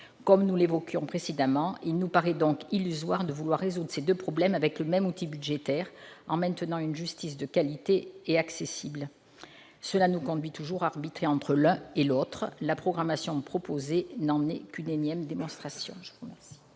Comme nous l'évoquions précédemment, il nous paraît donc illusoire de vouloir résoudre ces deux problèmes avec le même outil budgétaire, en maintenant une justice de qualité et accessible. Cela nous conduit toujours à arbitrer entre l'un et l'autre : la programmation proposée n'en est qu'une énième démonstration.